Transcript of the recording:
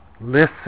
Listen